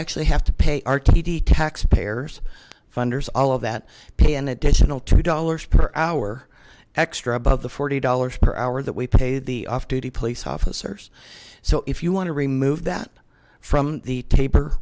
actually have to pay rtd tax payers funders all of that pay an additional two dollars per hour extra above the forty dollars per hour that we pay the off duty police officers so if you want to remove that from the taper